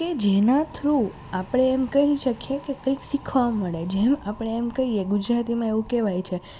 કે જેના થ્રુ આપણે એમ કહી શકીએ કે કંઇક શીખવા મળે જેમ આપણે એમ કહીએ ગુજરાતીમાં એવું કહેવાય છે